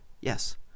Yes